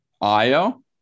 Io